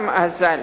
גם הוא אזל.